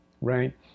right